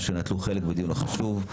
אשר נטלו חלק בדיון החשוב.